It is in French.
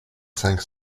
cinq